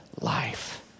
life